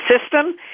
system